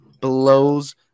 blows